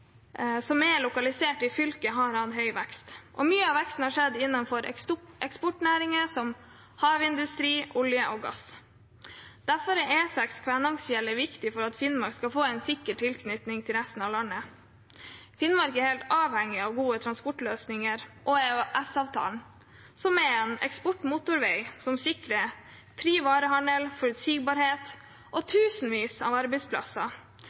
som er lokalisert i fylket, har hatt høy vekst. Mye av veksten har skjedd innenfor eksportnæringer som havindustri, olje og gass. Derfor er E6 Kvænangsfjellet viktig for at Finnmark skal få en sikker tilknytning til resten av landet. Finnmark er helt avhengig av gode transportløsninger og av EØS-avtalen, som er en eksportmotorvei som sikrer fri varehandel, forutsigbarhet og tusenvis av arbeidsplasser.